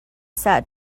sat